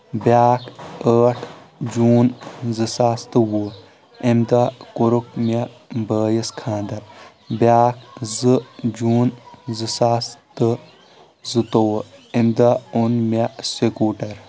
بیاکھ ٲٹھ جون زٕ ساس تہٕ وُہ امہِ دۄہ کوٚرُکھ مےٚ بٲیِس خانٛدر بیاکھ زٕ جون زٕ ساس تہٕ زٕتووُہ امہِ دۄہ اوٚن مےٚ سِکوٹر